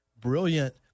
brilliant